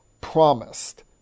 promised